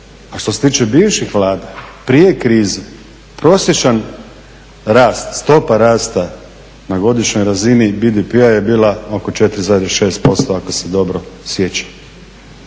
A što se tiče bivših vlada prije krize prosječan rast stopa rasta na godišnjoj razini BDP-a je bila oko 4,6% ako se dobro sjećam.